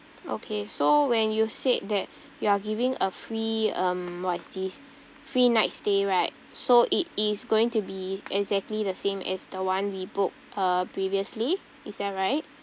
okay so when you said that you are giving a free um what is this free night stay right so it is going to be exactly the same as the one we booked uh previously is that right